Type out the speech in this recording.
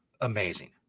amazing